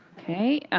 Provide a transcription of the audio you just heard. okay,